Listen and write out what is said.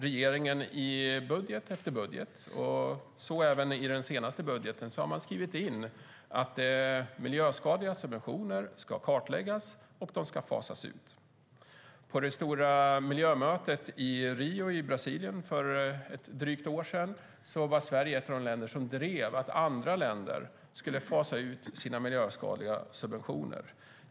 Regeringen har i budget efter budget, så även i den senaste budgeten, tagit med att miljöskadliga subventioner ska kartläggas och fasas ut. På det stora miljömötet i Rio i Brasilien för ett drygt år sedan var Sverige ett av de länder som drev att andra länder ska fasa ut sina miljöskadliga subventioner.